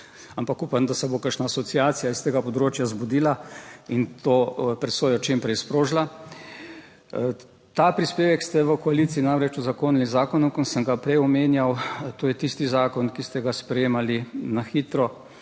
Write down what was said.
Ampak upam, da se bo kakšna asociacija s tega področja zbudila in to presojo čim prej sprožila. Ta prispevek ste v koaliciji namreč uzakonili z zakonom, ki sem ga prej omenjal, to je tisti zakon, ki ste ga sprejemali na hitro